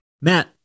Matt